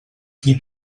qui